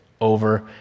over